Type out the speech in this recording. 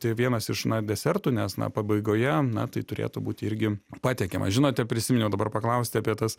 tai vienas iš na desertų nes na pabaigoje na tai turėtų būti irgi patiekiama žinote prisiminiau dabar paklausti apie tas